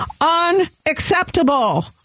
Unacceptable